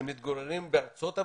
שמתגוררים בארצות הברית,